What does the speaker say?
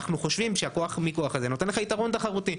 אנחנו חושבים שכוח המיקוח הזה נותן לך יתרון תחרותי,